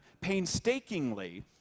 painstakingly